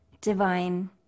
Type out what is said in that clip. divine